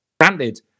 granted